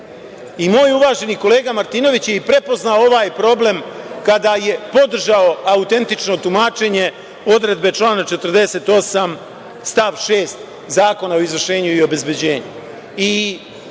Moj uvaženi kolega Martinović je i prepoznao ovaj problem kada je podržao autentično tumačenje odredbe člana 48. stav 6. Zakona o izvršenje i obezbeđenju.